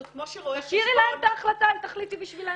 --- תשאירי להן את ההחלטה אל תחליטי בשבילן.